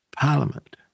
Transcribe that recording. Parliament